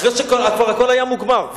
אחרי שהכול היה כבר מוגמר.